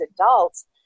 adults